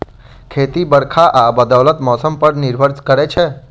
खेती बरखा आ बदलैत मौसम पर निर्भर करै छै